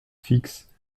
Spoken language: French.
fixes